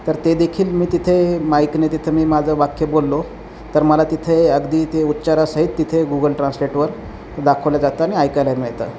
तर ते देखील मी तिथे माईकने तिथं मी माझं वाक्य बोललो तर मला तिथे अगदी ते उच्चारासहित तिथे गुगल ट्रान्सलेटवर दाखवल्या जातं आणि ऐकायला मिळतं